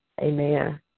Amen